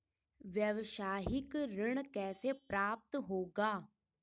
व्यावसायिक ऋण कैसे प्राप्त होगा?